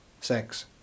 sex